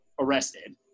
arrested